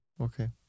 Okay